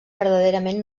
verdaderament